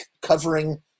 covering